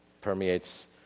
permeates